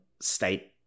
state